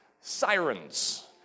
sirens